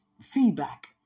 feedback